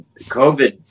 COVID